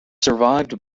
survived